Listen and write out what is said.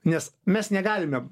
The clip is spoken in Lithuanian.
nes mes negalime